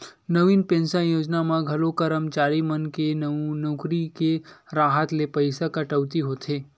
नवीन pension योजना म घलो करमचारी मन के नउकरी के राहत ले पइसा कटउती होथे